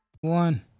One